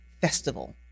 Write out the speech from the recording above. festival